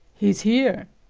he's here.